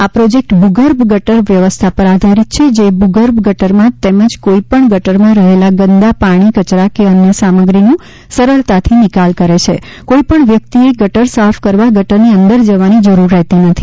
આ પ્રોજેક્ટ ભૂગર્ભ ગટર વ્યવસ્થા પર આધારિત છે જે ભૂગર્ભ ગટરમાં તેમજ કોઇ પણ ગટરમાં રહેલા ગંદા પાણી કચરા કે અન્ય સામશ્રીનું સરળતાથી નિકાલ કરે છે કોઇ પણ વ્યક્તિએ ગટર સાફ કરવા ગટરની અંદર જવાની જરૂર રહેતી નથી